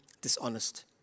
dishonest